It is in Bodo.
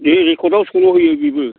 बे रेकर्डआव सल' होयो बेबो